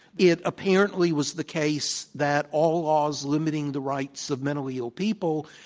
it apparently was the case that all laws limiting the rights of mentally ill people,